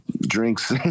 drinks